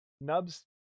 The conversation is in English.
nubs